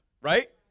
right